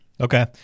Okay